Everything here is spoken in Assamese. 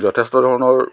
যথেষ্ট ধৰণৰ